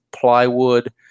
plywood